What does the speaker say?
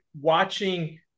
watching